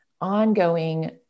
ongoing